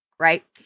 Right